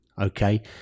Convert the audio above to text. okay